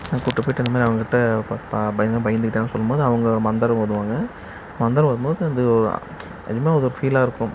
அங்கே கூட்டுப் போய்விட்டு இந்த மாதிரி அவங்க கிட்டே ப ப பயந்து பயந்துக்கிட்டான்னு சொல்லும் போது அவங்க மந்திரம் ஓதுவாங்க மந்திரம் ஓதும் போது இந்த என்னமோ ஒரு ஃபீலாக இருக்கும்